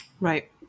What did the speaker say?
Right